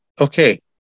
okay